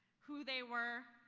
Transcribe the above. who they were,